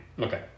Okay